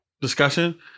discussion